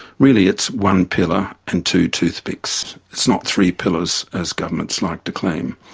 really it's one pillar and two toothpicks it's not three pillars, as governments like to claim.